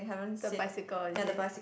the bicycle is it